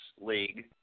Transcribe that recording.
league